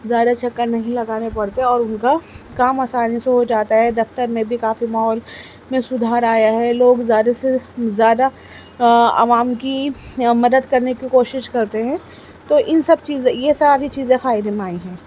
زیادہ چکر نہیں لگانے پڑتے اور ان کا کام آسانی سے ہو جاتا ہے دفتر میں بھی کافی ماحول میں سدھار آیا ہے لوگ زیادہ سے زیادہ عوام کی مدد کرنے کی کوشش کرتے ہیں تو ان سب چیزیں یہ ساری چیزیں فائدے میں آئی ہیں